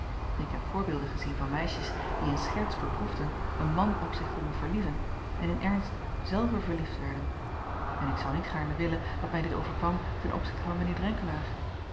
k heb voorbeelden gezien van meisjes die in scherts beproefden een man op zich te doen verlieven en in ernst zelve verliefd werden en ik zou niet gaarne willen dat mij dit overkwam ten opzichte van r